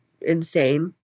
insane